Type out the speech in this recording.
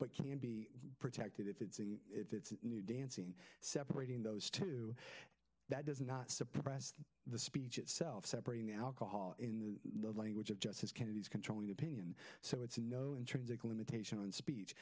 but can be protected if it's if it's new dancing separating those two that does not suppress the speech itself separating the alcohol in the language of justice kennedy's controlling opinion so it's a no intrinsic limitation on speech